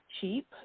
cheap